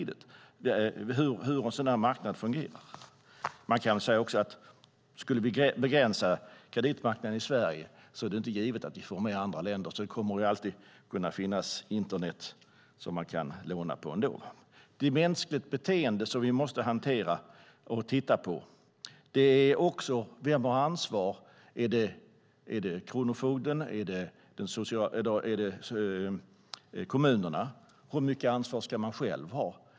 Det är inte givet att vi skulle få med andra länder om vi begränsar kreditmarknaden i Sverige. Det kommer alltid att finnas långivare på internet. Det är mänskligt beteende som vi måste hantera. Vem har ansvaret? Är det kronofogden? Är det kommunerna? Hur mycket ansvar ska man själv ta?